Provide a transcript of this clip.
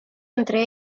entre